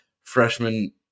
freshman